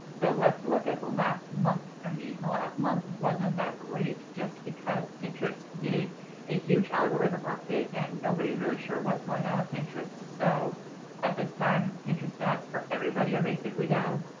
so let's look at the last month for me. and the last month wasn't that great, just because pinterest did a huge algorithm update and nobody's really sure what's going on with pinterest, so at this time pinterest stats for everybody are basically down,